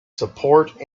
support